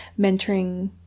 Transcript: mentoring